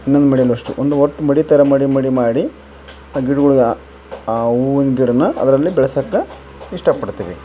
ಇನ್ನೊಂದು ಮಡಿಯಲ್ಲು ಅಷ್ಟು ಒಂದು ಒಟ್ಟು ಮಡಿ ಥರ ಮಡಿ ಮಡಿ ಮಾಡಿ ಆ ಗಿಡಗಳಿಗೆ ಹೂವಿನ ಗಿಡಾ ಅದರಲ್ಲಿ ಬೆಳ್ಸೋಕೆ ಇಷ್ಟಪಡ್ತಿವಿ